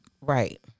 Right